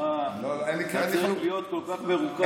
אתה צריך להיות כל כך מרוכז,